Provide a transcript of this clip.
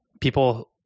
people